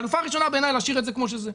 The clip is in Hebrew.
החלופה הראשונה בעיניי זה להשאיר את זה כמו שזה,